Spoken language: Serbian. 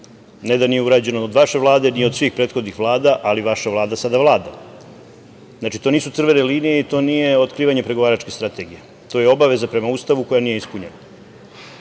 Ne da nije urađeno od vaše Vlade, ni od svih prethodnih vlada, ali vaša Vlada sada vlada. Znači, to nisu crvene linije i to nije otkrivanje pregovaračke strategije. To je obaveza prema Ustavu koja nije ispunjena. Druga